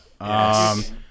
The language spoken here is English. Yes